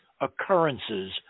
occurrences